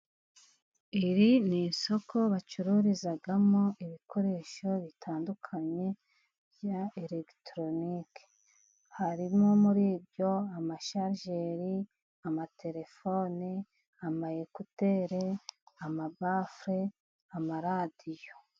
Iri ni isoko bacururizamo ibikoresho bitandukanye bya elegitoronike, harimo muri ibyo: amasharijeri, amatelefone, ama ekuteri, amabafule, amaradiyo